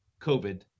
COVID